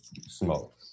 smoke